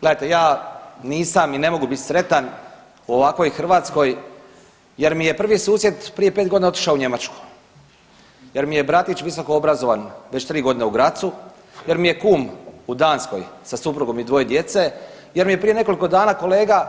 Gledajte, ja nisam i ne mogu bit sretan u ovakvoj Hrvatskoj jer mi je prvi susjed prije 5.g. otišao u Njemačku, jer mi je bratić visokoobrazovan već 3.g. u Grazu, jer mi je kum u Danskoj sa suprugom i dvoje djece, jer mi je prije nekoliko dana kolega